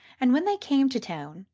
and when they came to town,